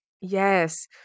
Yes